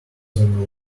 than